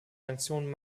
sanktionen